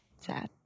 sad